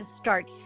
start